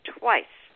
twice